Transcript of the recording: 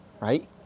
right